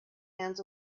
hands